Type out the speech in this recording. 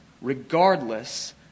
regardless